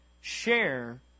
Share